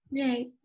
Right